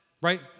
Right